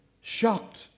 shocked